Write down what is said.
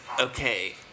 Okay